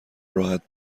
راحت